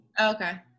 Okay